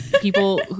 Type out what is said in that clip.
people